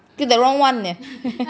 get the wrong [one] eh